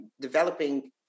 developing